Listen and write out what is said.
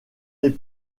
les